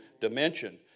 dimension